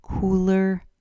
Cooler